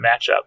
matchup